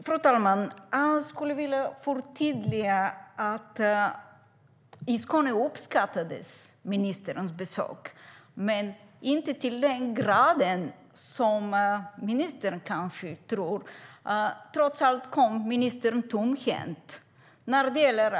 Fru talman! Jag skulle vilja förtydliga att ministerns besök i Skåne uppskattades, men inte till den grad som ministern kanske tror. Trots allt kom ministern tomhänt.